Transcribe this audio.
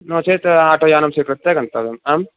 नोचेत् आटोयानं स्वीकृत्य गन्तव्यम् आम्